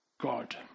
God